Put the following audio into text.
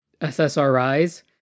SSRIs